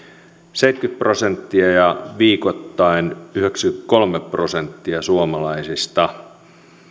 seitsemänkymmentä prosenttia ja viikoittain yhdeksänkymmentäkolme prosenttia suomalaisista